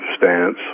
stance